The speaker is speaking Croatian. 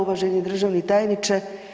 Uvaženi državni tajniče.